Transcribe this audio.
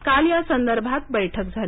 काल या संदर्भात बैठक झाली